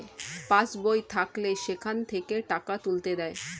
pass বই থাকলে সেখান থেকে টাকা তুলতে দেয়